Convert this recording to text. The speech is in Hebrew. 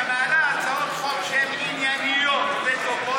מעלה הצעות חוק שהן ענייניות וטובות,